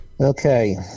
okay